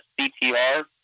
CTR